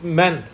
men